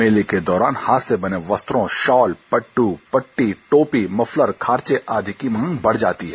मेले को दौरान हाथ से बने वस्त्रों शॉल पट्ट पट्टी टोपी मफलर खारचे आदि की मांग बढ़ जाती है